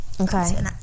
Okay